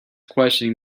questioning